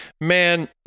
Man